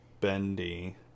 bendy